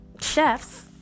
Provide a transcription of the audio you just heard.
chefs